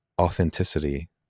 authenticity